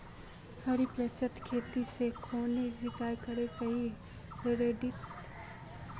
डिरिपयंऋ से खेत खानोक सिंचाई करले सही रोडेर?